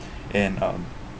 and um